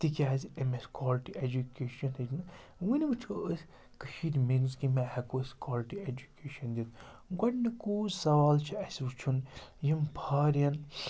تِکیٛازِ أمۍ اَسہِ کالٹی اٮ۪جُکیشَن ہیٚچھنہٕ وٕنۍ وٕچھو أسۍ کٔشیٖرِ میٖنٕز کیٚمۍ آیہِ ہٮ۪کو أسۍ کالٹی اٮ۪جُکیشَن دِتھ گۄڈنِکُے سَوال چھِ اَسہِ وٕچھُن یِم فارین